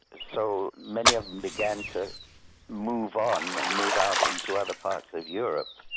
so many of them began to move on and move out into other parts of europe.